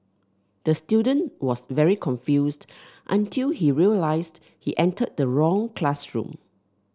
the student was very confused until he realised he entered the wrong classroom